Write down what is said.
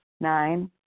Nine